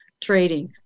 trading